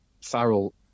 Farrell